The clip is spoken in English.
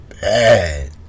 bad